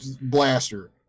blaster